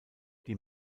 die